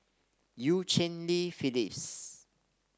Eu Cheng Li Phyllis